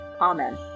amen